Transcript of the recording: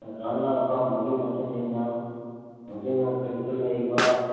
ꯑꯣꯖꯥꯅ ꯑꯄꯥꯝꯕꯒꯤ ꯃꯇꯨꯡꯏꯟꯅ ꯋꯥꯡꯖꯤꯡ ꯋꯥꯡꯈꯩꯗ ꯂꯩꯕ